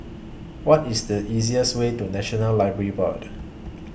What IS The easiest Way to National Library Board